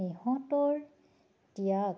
সিহঁতৰ ত্যাগ